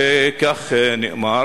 כך נאמר: